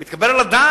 זה מתקבל על הדעת?